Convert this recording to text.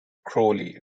crowley